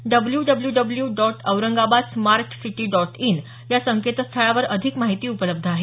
W W W dot Aurangabad smart city dot in या संकेतस्थळावर अधिक माहिती उपलब्ध आहे